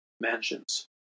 mansions